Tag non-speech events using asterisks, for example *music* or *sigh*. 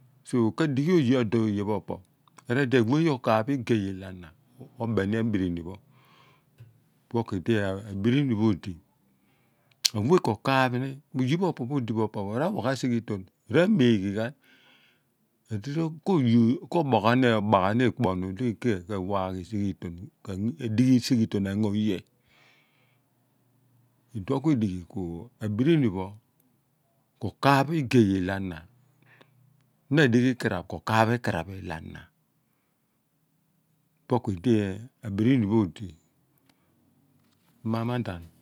So kadighi odour pho oye pho apo̱ obooh a wea yea okaap igey ilo ana obini abrini pho ipe ku dia brini pho odi aweh ko kaap ni mo oye pho opoho odi be sephie pho ra wa ghan sighi tone, ra miighi ghan, kobaghan ekpo nu di ke dighi sighi ton engo oye *hesitation* iduon kuidighi kua birini pho koor kaaph igey ilana, nadighi ikar aph kokaap ikaraph lloh ana po kuidi abrini pho odi mima madan